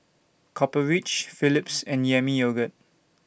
Copper Ridge Philips and Yami Yogurt